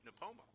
Napomo